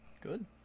Good